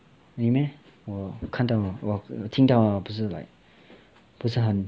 really meh 我看到额我听到额不是 like 不是很